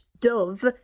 dove